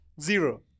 zero